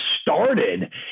started